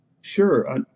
sure